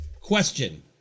question